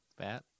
fat